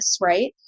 right